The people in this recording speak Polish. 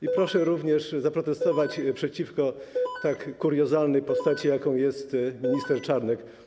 I proszę również zaprotestować przeciwko tak kuriozalnej postaci, jaką jest minister Czarnek.